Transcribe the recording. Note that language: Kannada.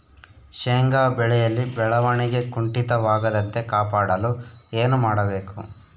ಶೇಂಗಾ ಬೆಳೆಯಲ್ಲಿ ಬೆಳವಣಿಗೆ ಕುಂಠಿತವಾಗದಂತೆ ಕಾಪಾಡಲು ಏನು ಮಾಡಬೇಕು?